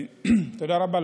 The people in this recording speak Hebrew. תודה רבה.